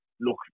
look